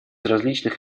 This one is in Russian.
различных